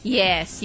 yes